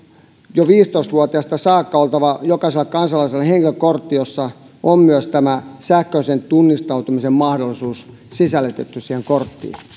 jo viisitoista vuotiaasta saakka oltava jokaisella kansalaisella henkilökortti johon on myös tämä sähköisen tunnistautumisen mahdollisuus sisällytetty